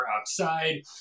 outside